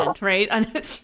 right